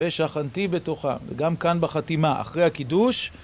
ושכנתי בתוכה, וגם כאן בחתימה, אחרי הקידוש